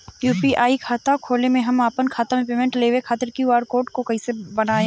UPI खाता होखला मे हम आपन खाता मे पेमेंट लेवे खातिर क्यू.आर कोड कइसे बनाएम?